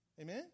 Amen